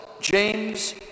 James